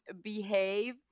behave